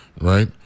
right